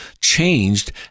changed